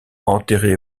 enterré